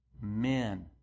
men